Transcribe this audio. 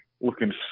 looking